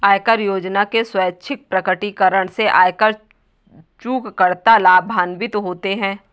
आय योजना के स्वैच्छिक प्रकटीकरण से आयकर चूककर्ता लाभान्वित होते हैं